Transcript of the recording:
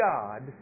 God